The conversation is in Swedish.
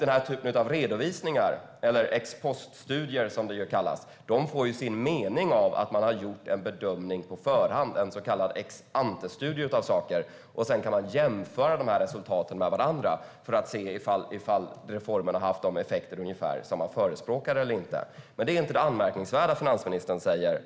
Den här typen av redovisningar, eller ex-poststudier som de kallas, får sin mening av att man har gjort en bedömning på förhand, en så kallad ex-antestudie. Man jämför dessa resultat med varandra för att se om reformerna fick den avsedda effekten eller inte. Nu till det anmärkningsvärda finansministern säger.